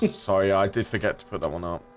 sorry. i did forget to put that one up